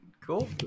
cool